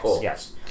yes